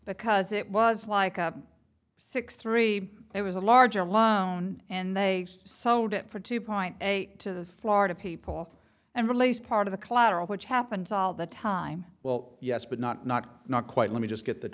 because it was like a six three it was a larger loan and they sold it for two point eight to the florida people and released part of the collateral which happens all the time well yes but not not not quite let me just get th